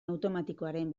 automatikoaren